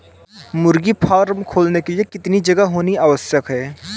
मुर्गी फार्म खोलने के लिए कितनी जगह होनी आवश्यक है?